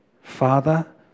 Father